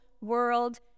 world